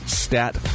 stat